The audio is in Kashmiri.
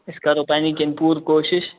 أسۍ کرو پَنٕنۍ کِنۍ پوٗرٕ کوشِش